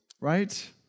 right